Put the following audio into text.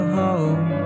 home